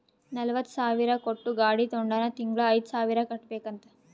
ನಲ್ವತ ಸಾವಿರ್ ಕೊಟ್ಟು ಗಾಡಿ ತೊಂಡಾನ ತಿಂಗಳಾ ಐಯ್ದು ಸಾವಿರ್ ಕಟ್ಬೇಕ್ ಅಂತ್